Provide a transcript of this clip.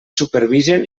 supervisen